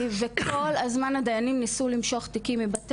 וכל הזמן הדיינים ניסו למשוך תיקים מבית